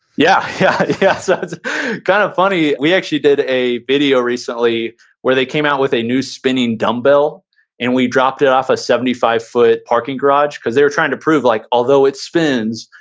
yeah, yeah, yeah, so it's kinda kind of funny. we actually did a video recently where they came out with a new spinning dumbbell and we dropped it off a seventy five foot parking garage, cause they were trying to prove like, although it spins,